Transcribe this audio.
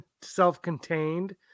self-contained